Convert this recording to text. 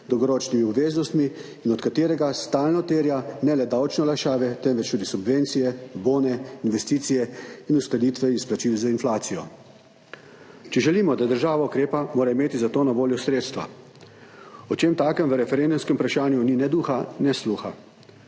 dolgoročnimi obveznostmi in od katerega stalno terja ne le davčne olajšave, temveč tudi subvencije, bone, investicije in uskladitve izplačil za inflacijo. Če želimo, da država ukrepa, mora imeti za to na voljo sredstva. O čem takem v referendumskem vprašanju ni ne duha ne sluha.